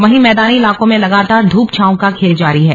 वहीं मैदानी इलाकों में लगातार धूप छांव का खेल जारी है